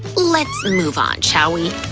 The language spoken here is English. let's move on, shall we?